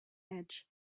edge